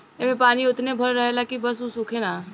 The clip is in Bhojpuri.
ऐमे पानी ओतने भर रहेला की बस उ सूखे ना